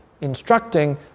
instructing